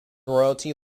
royalty